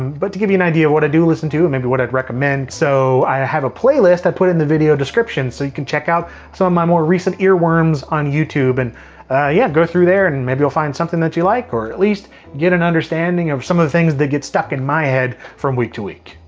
but to give you an idea of what i do listen to, and maybe what i'd recommend, so i have a playlist i put in the video description so you can check out some of my more recent ear worms on youtube. and yeah, go through there and maybe you'll find something that you like or at least get an understanding of some of the things that get stuck in my head from week to week.